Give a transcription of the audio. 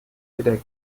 wieder